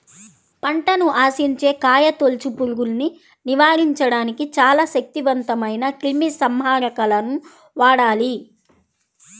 పంటను ఆశించే కాయతొలుచు పురుగుల్ని నివారించడానికి చాలా శక్తివంతమైన క్రిమిసంహారకాలను వాడాలి